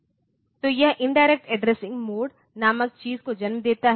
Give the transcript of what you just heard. तो यह indirect addressing mode नामक चीज को जन्म देता है